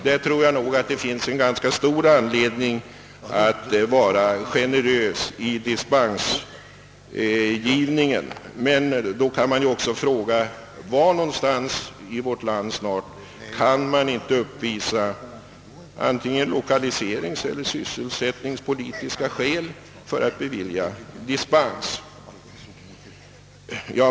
Jag tror nog att det finns ganska stor anledning att i detta fall vara generös vid dispensgivningen, men då kan jag också fråga: Var någonstans i vårt land kan det inte uppvisas antingen lokaliseringseller sysselsättningspolitiska skäl för beviljande av dispens?